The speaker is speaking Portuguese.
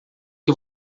que